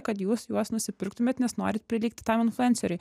kad jūs juos nusipirktumėt nes norit prilygti tam influenceriui